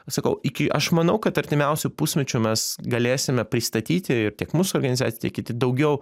sakau iki aš manau kad artimiausio pusmečio mes galėsime pristatyti ir tiek mūsų organizacija tiek kiti daugiau